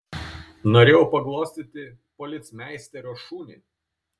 norėjau paglostyti policmeisterio šunį